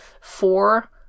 four